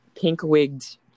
pink-wigged